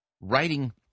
writing